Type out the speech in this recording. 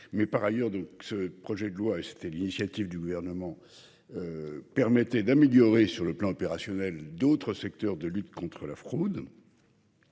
Par ailleurs, ce projet de loi permet, sur l’initiative du Gouvernement, d’améliorer sur le plan opérationnel d’autres secteurs de lutte contre la fraude.